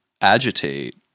agitate